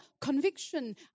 conviction